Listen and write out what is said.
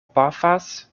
pafas